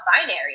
binary